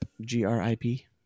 G-R-I-P